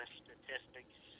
statistics